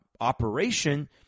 operation